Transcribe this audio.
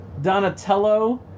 Donatello